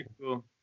Cool